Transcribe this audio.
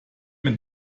mit